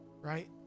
Right